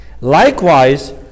likewise